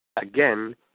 again